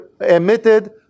emitted